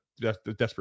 desperate